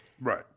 Right